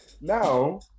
Now